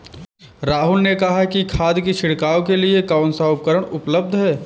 राहुल ने कहा कि खाद की छिड़काव के लिए कौन सा उपकरण उपलब्ध है?